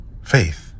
Faith